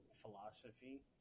philosophy